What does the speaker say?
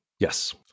Yes